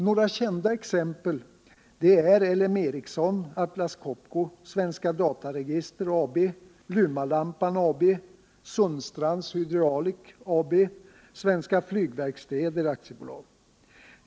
Några kända exempel är LM Ericsson, Atlas Copco, Svenska Dataregister AB, Lumalampan AB, Sundstrands Hydraulic AB och Svenska Flygverkstäder AB.